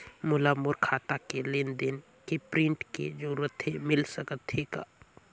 मोला मोर खाता के लेन देन के प्रिंट के जरूरत हे मिल सकत हे का?